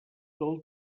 del